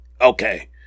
okay